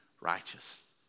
righteous